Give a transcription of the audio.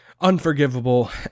unforgivable